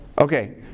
okay